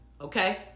Okay